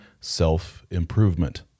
self-improvement